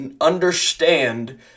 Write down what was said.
understand